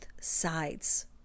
sides